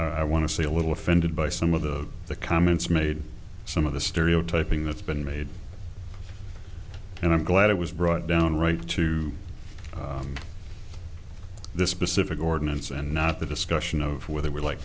been i want to say a little offended by some of the the comments made some of the stereotyping that's been made and i'm glad it was brought down right to this specific ordinance and not the discussion of whether we like